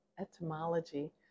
etymology